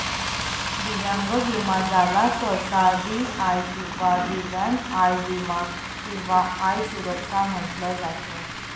दिव्यांग विमा ज्याला सहसा डी.आय किंवा दिव्यांग आय विमा किंवा आय सुरक्षा म्हटलं जात